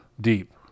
deep